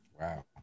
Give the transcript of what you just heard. Wow